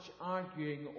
arguing